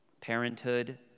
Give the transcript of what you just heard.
Parenthood